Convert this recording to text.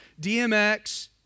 DMX